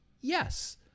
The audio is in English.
yes